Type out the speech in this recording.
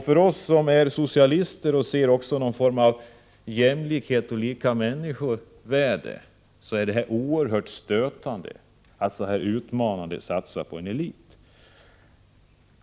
För oss som är socialister och vill se någon form av jämlikhet och människors lika värde är det oerhört stötande att man så här utmanande satsar på en elit.